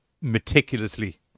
meticulously